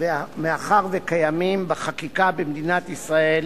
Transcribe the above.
מאחר שקיימים בחקיקה במדינת ישראל